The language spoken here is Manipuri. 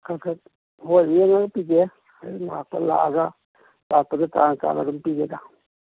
ꯈꯔ ꯈꯔ ꯍꯣꯏ ꯌꯦꯡꯉꯒ ꯄꯤꯒꯦ ꯍꯌꯦꯡ ꯂꯥꯛꯑꯒ ꯂꯥꯛꯄꯗ ꯇꯥ ꯇꯥꯅ ꯑꯗꯨꯝ ꯄꯤꯒꯦꯗ